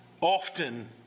often